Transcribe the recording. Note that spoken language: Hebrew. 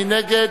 מי נגד?